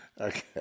Okay